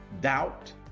doubt